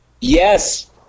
yes